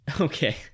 Okay